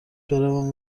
بروم